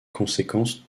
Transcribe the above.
conséquences